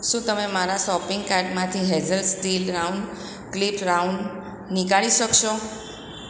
શું તમે મારા સોપિંગ કાર્ટમાંથી hazel steel round clip round નીકાળી શકશો